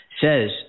says